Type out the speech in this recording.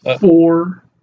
Four